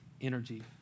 energy